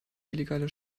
illegale